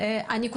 אנחנו